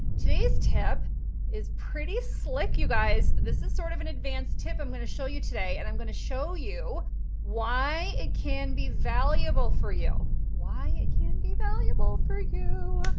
today's tip is pretty slick you guys. this is sort of an advanced tip i'm going to show you today and i'm going to show you why it can be valuable for you, why it can be valuable for you.